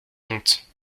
honte